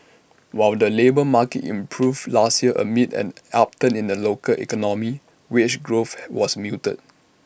while the labour market improved last year amid an upturn in the local economy wage growth was muted